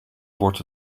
wordt